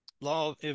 law